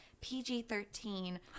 pg-13